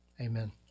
Amen